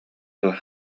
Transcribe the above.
дуо